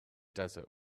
desert